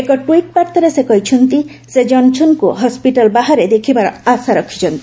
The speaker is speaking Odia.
ଏକ ଟ୍ୱିଟ୍ ବାର୍ତ୍ତାରେ ସେ କହିଛନ୍ତି ସେ ଜନସନଙ୍କୁ ହସ୍କିଟାଲ ବାହାରେ ଦେଖିବାର ଆଶା ରଖିଛନ୍ତି